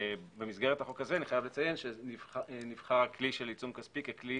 במסגרת החוק הזה נבחר כלי של עיצום כספי ככלי